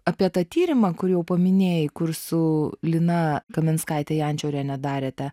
apie tą tyrimą kur jau paminėjai kur su lina kaminskaitė jančiorienė darėte